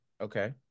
Okay